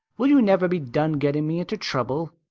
will you never be done getting me into trouble?